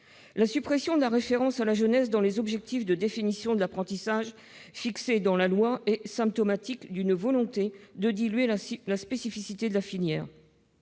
La suppression de la référence à la jeunesse dans les objectifs et dans la définition de l'apprentissage fixés par la loi est symptomatique d'une volonté de diluer la spécificité de la filière.